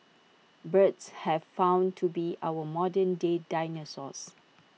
birds have found to be our modern day dinosaurs